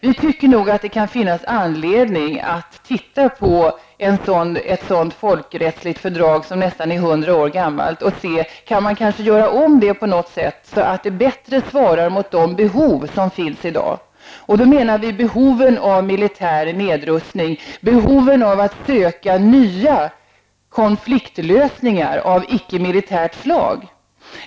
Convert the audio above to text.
Vi tycker nog att det kan finnas anledning att titta på ett folkrättsligt fördrag som är nästan hundra år gammalt och se om man kanske kan göra om det på något sätt så att det bättre svarar mot de behov som finns i dag. Vi menar då behoven av militär nedrustning, behoven av att söka nya konfliktlösningar av icke militärt slag.